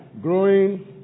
Growing